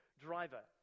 driver